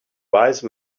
wise